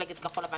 מפלגת כחול לבן,